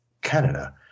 Canada